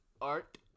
art